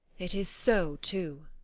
it is so too.